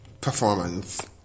performance